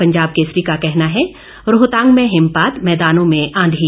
पंजाब केसरी का कहना है रोहतांग में हिमपात मैदानों में आंधी